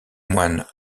moine